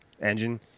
engine